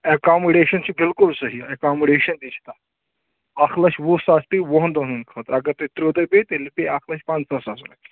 accommodation چھِ بالکُل صحیح اٮ۪کامُڈیشَن تہِ چھِ تَتھ اَکھ لَچھ وُہ ساس پیٚیہِ وُہَن دۄہَن ہٕنٛدۍ خٲطرٕ اگر تُہۍ ترٛٲو تُہۍ پیٚیہِ تیٚلہِ پیٚیہِ اکھ لَچھ پَنٛژاہ ساسَن رۄپیہِ